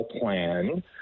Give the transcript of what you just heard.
plan